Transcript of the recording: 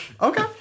Okay